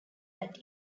that